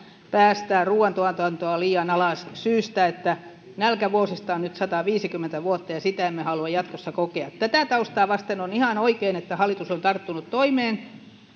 päästää ruuantuotantoa liian alas syystä että nälkävuosista on nyt sataviisikymmentä vuotta ja sitä emme halua jatkossa kokea tätä taustaa vasten on ihan oikein että hallitus on tarttunut toimeen